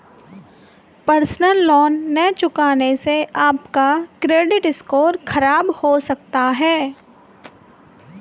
personal loan न चुकाने से आप का क्रेडिट स्कोर खराब हो सकता है